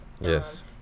Yes